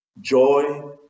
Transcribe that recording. joy